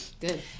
Good